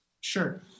Sure